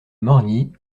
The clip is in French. morgny